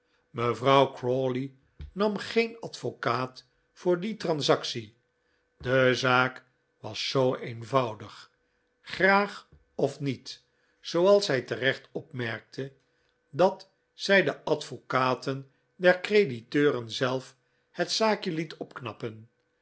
mevrouw crawley nam geen advocaat voor die transactie de zaak was zoo eenvoudig graag of niet zooals zij terecht opmerkte dat zij de advocaten der crediteuren zelf het zaakje liet opknappen